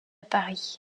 paris